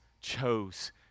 chose